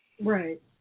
Right